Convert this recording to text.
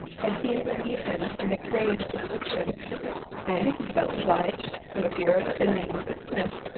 had seen her leave him in the greatest affliction and if he felt obliged, from a fear of offending mrs. smith,